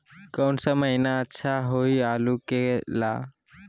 कौन सा महीना अच्छा होइ आलू के ला?